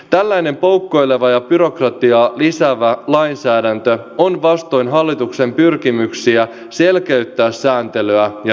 tällainen poukkoileva ja byrokratiaa lisäävä lainsäädäntö on vastoin hallituksen pyrkimyksiä selkeyttää sääntelyä ja normeja